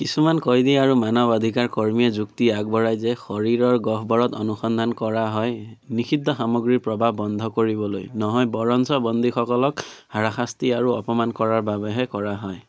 কিছুমান কয়দী আৰু মানৱ অধিকাৰ কৰ্মীয়ে যুক্তি আগবঢ়াই যে শৰীৰৰ গহ্বৰত অনুসন্ধান কৰা হয় নিষিদ্ধ সামগ্ৰীৰ প্ৰৱাহ বন্ধ কৰিবলৈ নহয় বৰঞ্চ বন্দীসকলক হাৰাশাস্তি আৰু অপমান কৰাৰ বাবেহে কৰা হয়